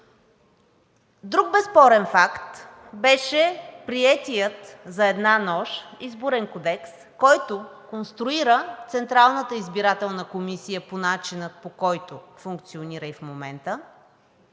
Друг безспорен факт беше приетият за една нощ Изборен кодекс, който конструира Централната избирателна комисия по начина, по който функционира и в момента,